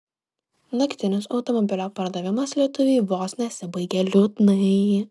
naktinis automobilio pardavimas lietuviui vos nesibaigė liūdnai